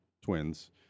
twins